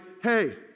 hey